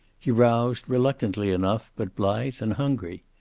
he roused, reluctantly enough, but blithe and hungry.